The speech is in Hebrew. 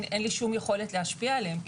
אין לי שום יכולת להשפיע עליהם,